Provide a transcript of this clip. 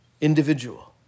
Individual